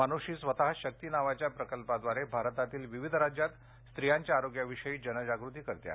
मानुषी स्वतः शक्ति नावाच्या प्रकल्पाद्वारे भारतातील विविध राज्यात स्त्रियांच्या आरोग्याविषयी जनजागृती करते आहे